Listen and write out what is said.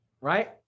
right